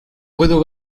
puedo